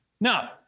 Now